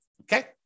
Okay